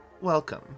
Welcome